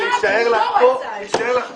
ומצב החקלאות רק התדרדר מהרגע שיש שר שכל מה